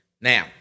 Now